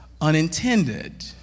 unintended